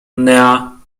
ne’a